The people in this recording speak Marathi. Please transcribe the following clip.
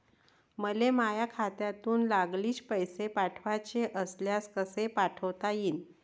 मले माह्या खात्यातून लागलीच पैसे पाठवाचे असल्यास कसे पाठोता यीन?